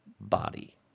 body